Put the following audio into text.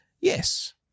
Yes